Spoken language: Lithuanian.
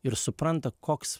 ir supranta koks